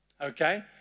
okay